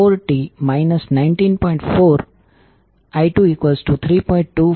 905 cos 4t 19